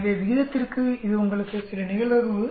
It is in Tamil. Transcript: எனவே விகிதத்திற்கு இது உங்களுக்கு சில நிகழ்தகவு 0